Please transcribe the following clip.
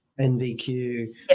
NVQ